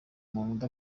umuntu